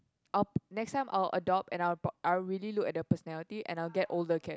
I'll next time I'll adopt and I'll brought I'll really look at the personality and I'll get older cats